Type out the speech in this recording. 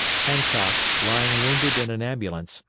hancock, lying wounded in an ambulance,